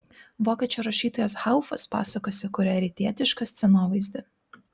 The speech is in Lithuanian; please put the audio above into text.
vokiečių rašytojas haufas pasakose kuria rytietišką scenovaizdį